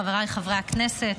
חבריי חברי הכנסת,